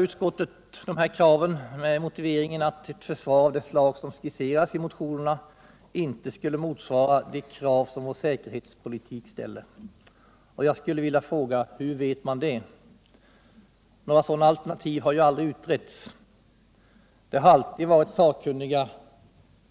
Utskottet avfärdar dessa krav med motiveringen att ett försvar av det slag som skisseras i motionerna inte skulle motsvara de krav som vår säkerhetspolitik ställer. Hur vet man det? Några sådana alternativ har ju aldrig utretts. Det har alltid varit sakkunniga,